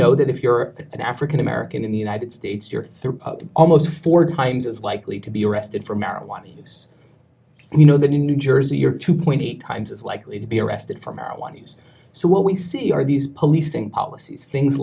know that if you're an african american in the united states you're three almost four times as likely to be arrested for marijuana use you know the new jersey your two point eight times as likely to be arrested for marijuana use so what we see are these policing policies things